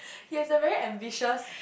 he has a very ambitious